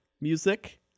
music